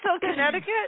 Connecticut